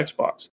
Xbox